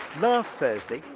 last thursday,